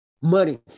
money